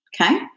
okay